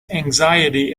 anxiety